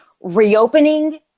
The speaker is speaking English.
Reopening